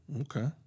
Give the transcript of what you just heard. Okay